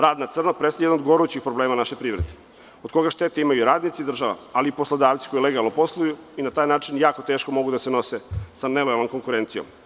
Rad na crno predstavlja jedan od gorućih problema naše privrede, a od koga štetu imaju i radnici i država, ali i poslodavci koji legalno posluju, pa na taj način jako teško mogu da se nose sa nerealnom konkurencijom.